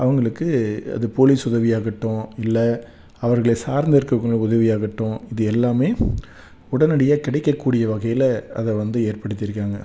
அவங்களுக்கு அது போலீஸ் உதவி ஆகட்டும் இல்லை அவர்களை சார்ந்து இருக்கவங்க உதவியாகட்டும் இது எல்லாமே உடனடியாக கிடைக்க கூடிய வகையில் அதை வந்து ஏற்படுத்தியிருக்காங்க